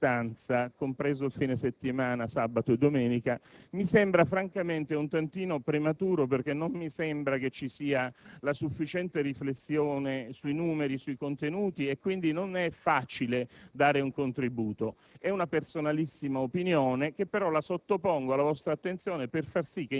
Discutere oggi, a soli cinque giorni di distanza, compreso il fine settimana, appare un tantino prematuro perché non mi sembra che ci sia la sufficiente riflessione sui numeri e sui contenuti, quindi non è facile dare un contributo. È una personalissima opinione,